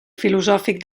filosòfic